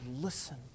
listen